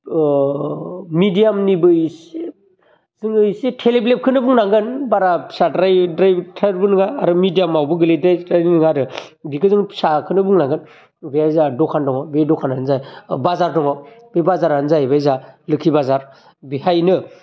मेदियामनिबो इसे जोङो इसे थेलेब लेबखौनो बुंनांगोन बारा फिसाद्राय द्राय थारबो नोङा आरो मेदियामावबो गोलैद्राय द्राय नोङा आरो बेखौ जों फिसाखौनो बुंनांगोन बेहाय जोहा दखान दङ बे दखानावनो जोङा बाजार दङ बे बाजारानो जाहैबाय जोंहा लोखि बाजार बेहायनो